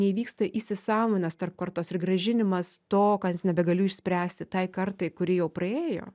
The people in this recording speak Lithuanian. neįvyksta įsisąmonimas tarp kartos ir grąžinimas to kad nebegaliu išspręsti tai kartai kuri jau praėjo